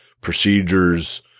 procedures